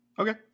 Okay